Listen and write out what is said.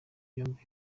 byombi